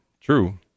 true